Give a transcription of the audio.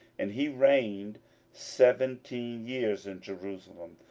and he reigned seventeen years in jerusalem,